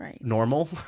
normal